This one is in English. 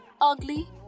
ugly